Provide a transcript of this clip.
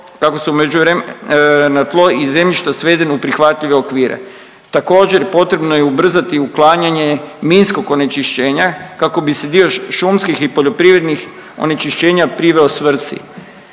kako se u međuvreme…, na tlo i zemljišta svedena u prihvatljive okvire. Također potrebno je ubrzati i uklanjanje minskog onečišćenja kako bi se dio šumskih i poljoprivrednih onečišćenja priveo svrsi.